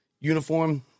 uniform